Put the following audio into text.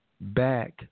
back